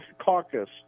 caucus